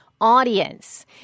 audience